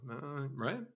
right